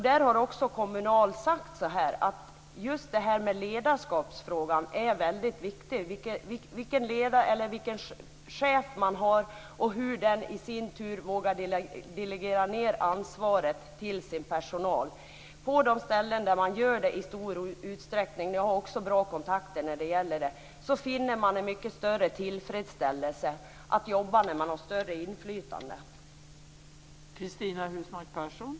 Där har Kommunal sagt att ledarskapsfrågan är viktig, dvs. vilken chef man har och hur chefen vågar delegera ned ansvar till personalen. På de ställen där så sker finner man större tillfredsställelse i att ha inflytande i jobbet.